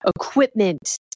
equipment